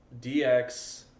DX